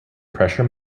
pressure